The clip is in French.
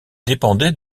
dépendait